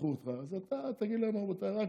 שיצטרכו אותך אז אתה תגיד להם: רבותיי,